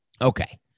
Okay